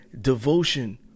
devotion